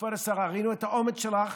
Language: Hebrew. כבוד השרה, ראינו את האומץ שלך